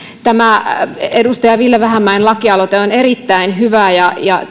tämä edustaja ville vähämäen lakialoite on erittäin hyvä ja ja